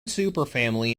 superfamily